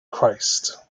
christ